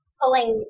pulling